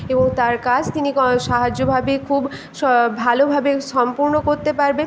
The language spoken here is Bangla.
এবং তার কাজ তিনি সাহায্যভাবে খুব স ভালোভাবে সম্পূর্ণ করতে পারবে